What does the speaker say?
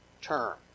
term